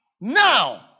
Now